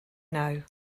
know